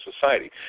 society